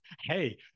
Hey